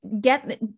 get